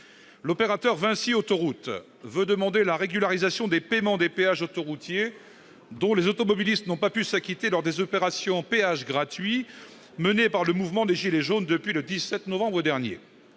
L'opérateur Vinci Autoroutes veut demander la régularisation des paiements des péages autoroutiers dont les automobilistes n'ont pas pu s'acquitter lors des opérations « péages gratuits » menées par le mouvement des « gilets jaunes » depuis le 17 novembre dernier.